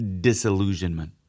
disillusionment